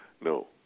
No